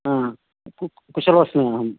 हा कु कुशलोस्मि अहं